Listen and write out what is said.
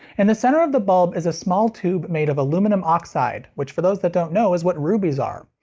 and the center of the bulb is a small tube made of aluminum oxide which for those that don't know is what rubies are.